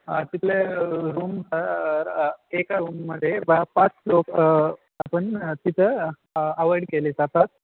तिथले रूम एका रूममध्ये बा पाच लोक आपण तिथं अवॉइड केले जातात